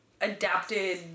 adapted